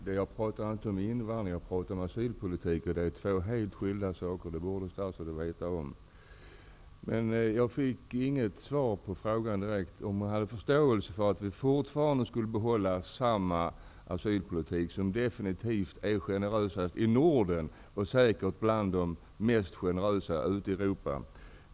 Herr talman! Jag talar inte om invandringspolitik utan om asylpolitik. Det är två helt skilda saker, det borde statsrådet veta om. Jag fick inget direkt svar på frågan om statsrådet tycker att vi fortfarande, mot bakgrund av det läge som vi har i dag, skall bedriva en asylpolitik som definitivt är generösast i Norden och bland de mest generösa i Europa.